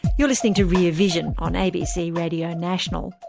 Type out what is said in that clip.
you're listening to rear vision on abc radio national.